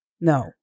No